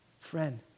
Friend